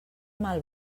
mal